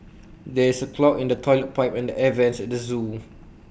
there is A clog in the Toilet Pipe and the air Vents at the Zoo